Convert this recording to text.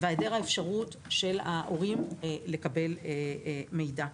והיעדר אפשרות של ההורים לקבל מידע.